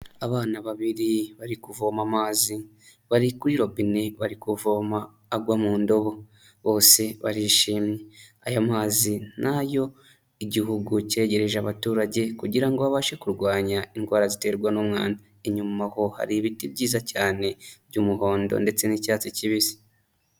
Abana babiri bari kuvoma amazi, bari kuri robine bari kuvoma agwa mu ndobo, bose barishimye. Aya mazi nayo igihugu cyegereje abaturage kugira ngo babashe kurwanya indwara ziterwa n'umwanda. Inyuma aho hari ibiti byiza cyane by'umuhondo ndetse n'icyatsi kibisi.